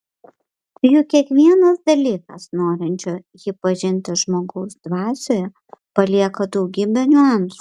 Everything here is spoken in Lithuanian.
juk kiekvienas dalykas norinčio jį pažinti žmogaus dvasioje palieka daugybę niuansų